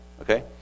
okay